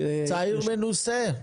הוא צעיר מנוסה,